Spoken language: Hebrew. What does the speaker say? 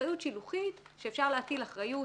אחריות שילוחית שאפשר להטיל אחריות,